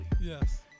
Yes